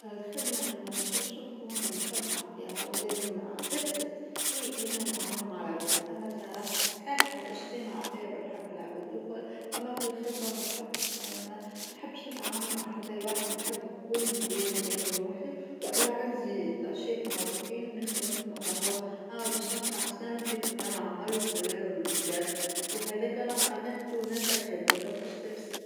الخدمة اللي ما نجمش نكون سمحة فيها ولازم آ تفسد هي إني نتعامل مع العباد، أنا بصراحة صحيح إجتماعية ونحب العباد وكل، أما في الخدمة ما نحبش يعنى ما نحبش نتعامل مع حتى واحد نحب نكون بين-بين روحي، وإلا عندى تاشات معروفين نخدمهم وكاهو، أما بيش نبقى نستنى في فلان عمل وفلان جد وهذاك نبقى نهب وننسى الخدمة دو باش تفسد.